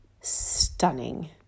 stunning